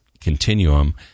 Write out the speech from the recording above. continuum